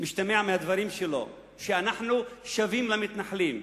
משתמע מהדברים שלו, שאנחנו שווים למתנחלים.